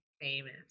famous